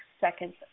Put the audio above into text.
seconds